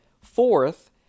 Fourth